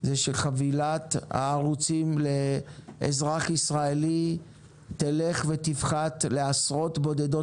שחבילת הערוצים לאזרח ישראל תלך ותפחת לעשרות בודדות